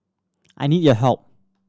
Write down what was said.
I need your help